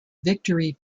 victory